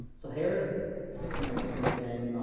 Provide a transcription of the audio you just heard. so hair is an interesting thing.